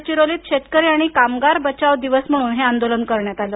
गडचिरोलीत शेतकरी आणि कामगार बचाव दिवस म्हणून हे आंदोलन करण्यात आलं